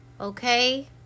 okay